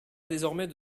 désormais